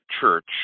Church